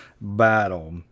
battle